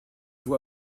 vous